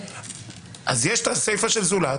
אז יש סיפא של "זולת",